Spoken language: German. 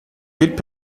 wird